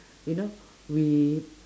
you know we